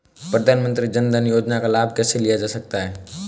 प्रधानमंत्री जनधन योजना का लाभ कैसे लिया जा सकता है?